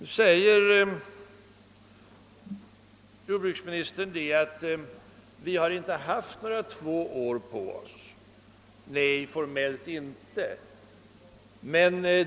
Jordbruksministern säger att regeringen inte har haft några två år på sig. Nej, formellt inte.